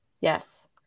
Yes